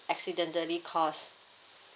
accidentally caused